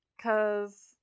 Cause